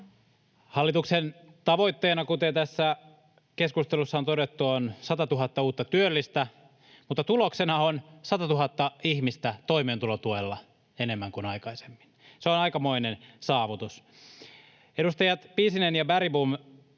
Hallituksen tavoitteena, kuten tässä keskustelussa on todettu, on 100 000 uutta työllistä, mutta tuloksena on 100 000 ihmistä toimeentulotuella enemmän kuin aikaisemmin. Se on aikamoinen saavutus. Edustajat Piisinen ja Bergbom,